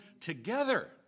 together